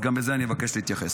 אז גם לזה אני מבקש להתייחס.